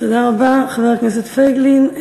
תודה רבה, חבר הכנסת פייגלין.